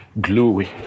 gluey